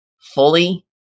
fully